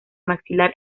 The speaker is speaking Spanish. maxilar